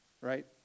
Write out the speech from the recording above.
right